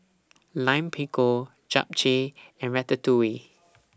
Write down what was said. Lime Pickle Japchae and Ratatouille